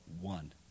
one